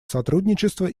сотрудничества